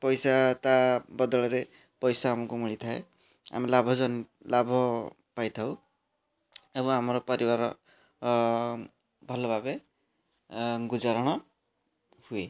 ପଇସା ତା ବଦଳରେ ପଇସା ଆମକୁ ମିଳିଥାଏ ଆମେ ଲାଭଜନ୍ ଲାଭ ପାଇଥାଉ ଏବଂ ଆମ ପରିବାର ଭଲ ଭାବରେ ଗୁଜାରଣ ହୁଏ